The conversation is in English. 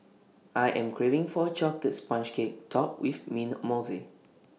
I am craving for A Chocolate Sponge Cake Topped with Mint Mousse